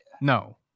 No